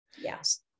Yes